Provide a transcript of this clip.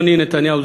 יוני נתניהו,